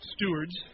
stewards